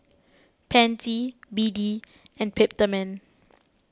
Pansy B D and Peptamen